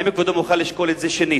האם כבודו מוכן לשקול את זה שנית?